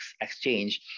exchange